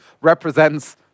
represents